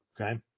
okay